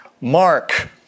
Mark